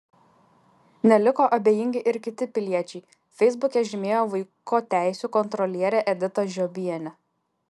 neliko abejingi ir kiti piliečiai feisbuke žymėjo vaiko teisių kontrolierę editą žiobienę